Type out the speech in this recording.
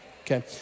okay